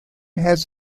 has